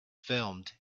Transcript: filmed